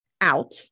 out